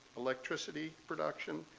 electricity production,